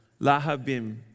Lahabim